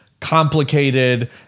complicated